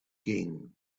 king